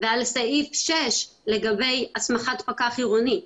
ועל סעיף 6 לגבי הסמכת פקח עירוני,